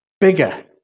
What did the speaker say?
bigger